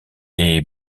est